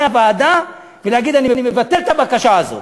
הוועדה ולהגיד: אני מבטל את הבקשה הזאת.